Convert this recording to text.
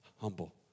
Humble